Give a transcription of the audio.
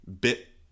bit